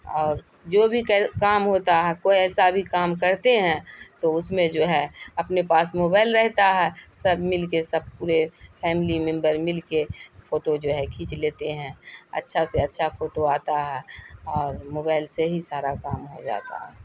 اور جو بھی کام ہوتا ہے کوئی ایسا بھی کام کرتے ہیں تو اس میں جو ہے اپنے پاس موبائل رہتا ہے سب مل کے سب پورے فیملی ممبر مل کے فوٹو جو ہے کھینچ لیتے ہیں اچھا سے اچھا فوٹو آتا ہے اور موبائل سے ہی سارا کام ہو جاتا ہے